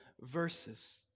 verses